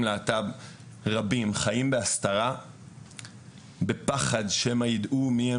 להט"ב רבים חיים בהסתרה ובפחד שמא יידעו מיהם